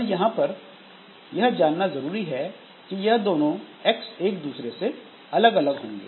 पर यहां पर यह जानना जरूरी है कि यह दोनों X एक दूसरे से अलग अलग होंगे